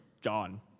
John